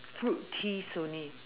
fruit teas only